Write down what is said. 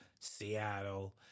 Seattle